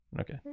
Okay